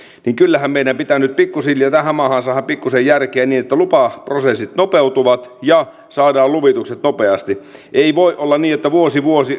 niin kyllähän meidän pitää nyt pikku hiljaa tähän maahan saada pikkuisen järkeä niin että lupaprosessit nopeutuvat ja saadaan luvitukset nopeasti ei voi olla niin että vuosi vuosi